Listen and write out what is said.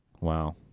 Wow